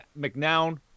McNown